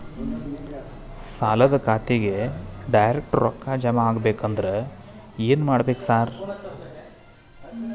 ಸಾಲದ ಖಾತೆಗೆ ಡೈರೆಕ್ಟ್ ರೊಕ್ಕಾ ಜಮಾ ಆಗ್ಬೇಕಂದ್ರ ಏನ್ ಮಾಡ್ಬೇಕ್ ಸಾರ್?